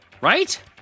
Right